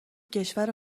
کشور